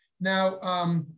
Now